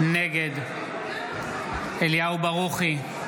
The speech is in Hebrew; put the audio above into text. נגד אליהו ברוכי,